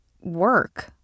work